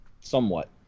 somewhat